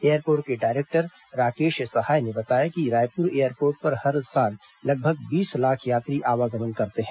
airport के director Rakesh Sahay ने बताया कि रायपुर एयरपोर्ट पर हर साल लगभग बीस लाख यात्री आवागमन करते हैं